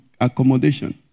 accommodation